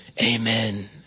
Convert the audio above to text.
Amen